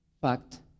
fact